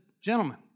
gentlemen